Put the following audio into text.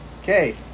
Okay